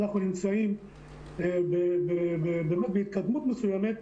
אנחנו נמצאים בהתקדמות מסוימת,